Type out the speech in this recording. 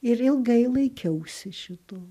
ir ilgai laikiausi šituo